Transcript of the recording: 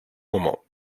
moment